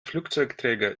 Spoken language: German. flugzeugträger